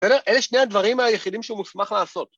בסדר? אלה שני הדברים היחידים שהוא מוסמך לעשות.